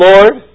Lord